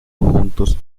juntos